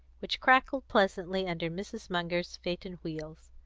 which crackled pleasantly under mrs. munger's phaeton wheels.